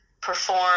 perform